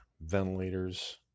ventilators